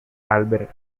albert